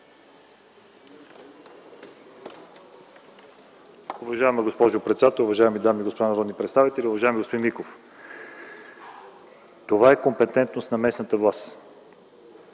Уважаема госпожо председател, уважаеми дами и господа народни представители! Уважаеми господин Миков, това е компетентност на местната власт.